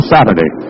Saturday